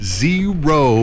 zero